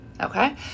Okay